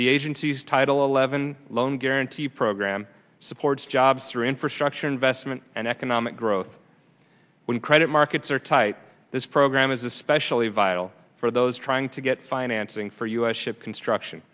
the agency's title eleven loan guarantee program supports jobs through infrastructure investment and economic growth when credit markets are tight this program is especially vital for those trying to get financing for u s ship construction